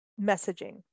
messaging